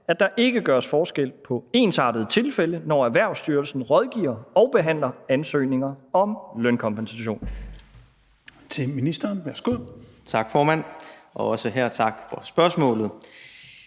at der ikke gøres forskel på ensartede tilfælde, når Erhvervsstyrelsen rådgiver og behandler ansøgninger om lønkompensation?